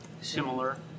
similar